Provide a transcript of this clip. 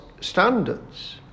standards